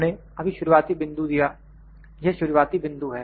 हमने अभी शुरुआती बिंदु दिया और यह शुरुआती बिंदु है